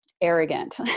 arrogant